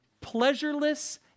pleasureless